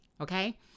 okay